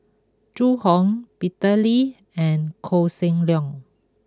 Zhu Hong Peter Lee and Koh Seng Leong